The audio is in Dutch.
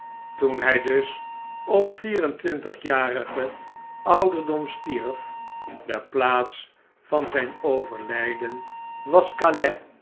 toen hij dus op vier en twintigjarigen ouderdom stierf de de huishoudster van mijnheer bounderby plaats van zijn overladen was